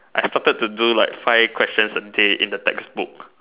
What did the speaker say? I started to do like five questions a day in the textbook